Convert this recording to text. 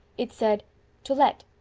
it said to let,